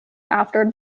after